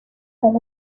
con